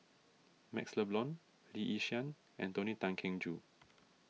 MaxLe Blond Lee Yi Shyan and Tony Tan Keng Joo